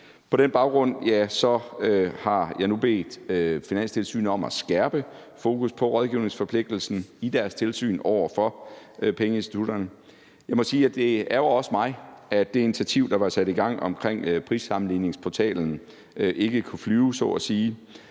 På den baggrund har jeg nu bedt Finanstilsynet om at skærpe fokus på rådgivningsforpligtelsen i deres tilsyn over for pengeinstitutterne. Jeg må sige, at det jo også ærgrer mig, at det initiativ, der var sat i gang omkring prissammenligningsportalen, ikke kunne flyve,